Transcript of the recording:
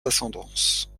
ascendances